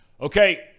Okay